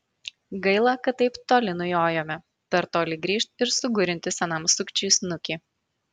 gaila kad taip toli nujojome per toli grįžt ir sugurinti senam sukčiui snukį